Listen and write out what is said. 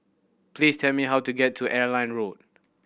please tell me how to get to Airline Road